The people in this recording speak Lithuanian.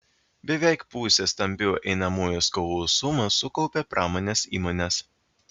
beveik pusę stambių einamųjų skolų sumos sukaupė pramonės įmonės